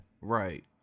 right